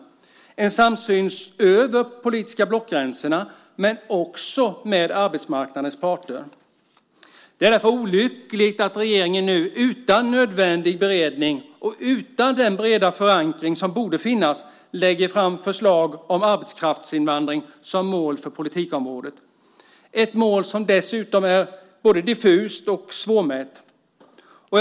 Denna samsyn har funnits över de politiska blockgränserna men också mellan arbetsmarknadens parter. Det är därför olyckligt att regeringen nu utan nödvändig beredning och utan den breda förankring som borde finnas lägger fram förslag om arbetskraftsinvandring som mål inom politikområdet - ett mål som dessutom är såväl diffust som svårmätt.